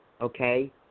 okay